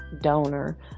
donor